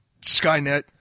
Skynet